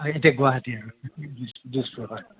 হয় এতিয়া গুৱাহাটী আৰু দিছ দিছপুৰ হয়